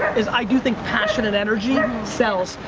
is, i do think passion and energy sells.